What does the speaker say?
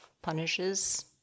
punishes